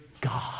God